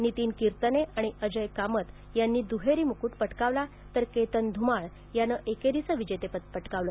नितीन कीर्तने आणि अजय कामत यांनी दुहेरी मुकुट पटकावला तर केतन धुमाळ यानं एकेरीचं विजेतेपद पटकावले